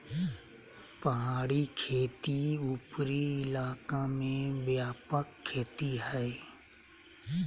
पहाड़ी खेती उपरी इलाका में व्यापक खेती हइ